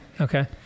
Okay